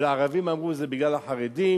ולערבים אמרו שזה בגלל החרדים.